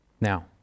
Now